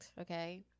okay